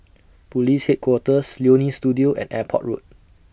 Police Headquarters Leonie Studio and Airport Road